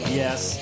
yes